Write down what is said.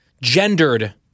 gendered